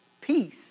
peace